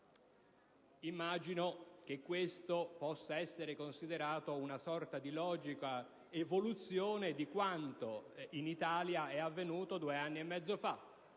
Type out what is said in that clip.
Immagino che ciò possa essere considerato una sorta di logica evoluzione di quanto in Italia è avvenuto due anni e mezzo fa.